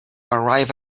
arrive